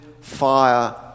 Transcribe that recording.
fire